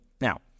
Now